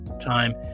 time